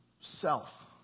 self